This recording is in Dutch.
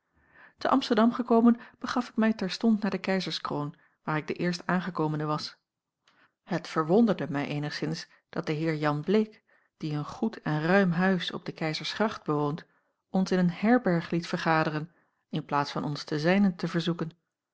te amsterdam gekomen begaf ik mij terstond naar de keizerskroon waar ik de eerstaangekomene was het verwonderde mij eenigszins dat de heer jan bleek az die een goed en ruim huis op de keizersgracht bewoont ons in een herberg liet vergaderen in plaats van ons tot zijnent te verzoeken